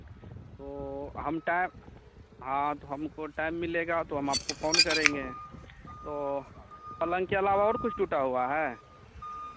तो हम टाइम हाँ तो हमको टाइम मिलेगा तो हम आपको फोन करेंगे तो पलंग के अलावा और कुछ टूटा हुआ है